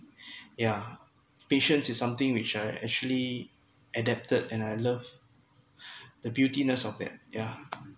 yeah patients is something which I actually adapted and I love the beautiness of it yeah